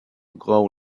grow